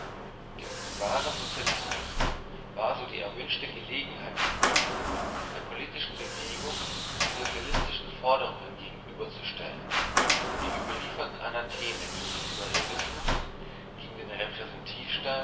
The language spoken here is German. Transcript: dem wahren sozialismus war so erwünschte gelegenheit geboten der politischen bewegung die sozialistische forderung gegenüberzustellen die überlieferten anatheme gegen den liberalismus gegen den